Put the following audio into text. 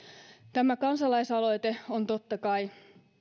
tämä kansalaisaloite on totta kai